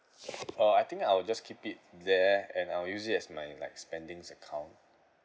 uh I think I will just keep it there and I'll use it as my like spendings account